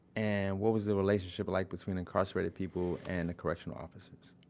and what was the relationship like between incarcerated people and the correctional officers?